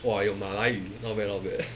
!wah! 有马来语 not bad not bad